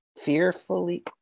Fearfully